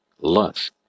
lust